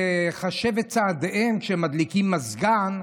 לחשב את צעדיהם כשהם מדליקים מזגן,